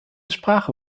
sprache